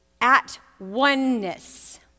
at-oneness